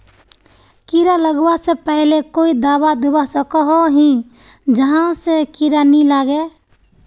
कीड़ा लगवा से पहले कोई दाबा दुबा सकोहो ही जहा से कीड़ा नी लागे?